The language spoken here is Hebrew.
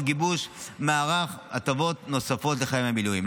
גיבוש מערך הטבות נוספות לחיילי המילואים.